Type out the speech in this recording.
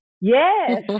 Yes